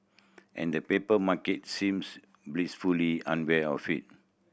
and the paper market seems blissfully unaware of it